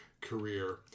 career